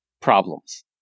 problems